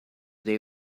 they